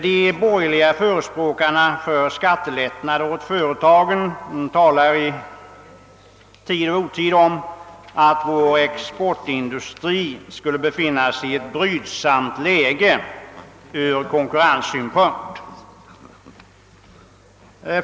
De borgerliga förespråkarna för skattelättnader åt företagen talar i tid och otid om att den svenska exportindustrin skulle befinna sig i ett ur konkurrenssynpunkt brydsamt läge.